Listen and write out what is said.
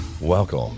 Welcome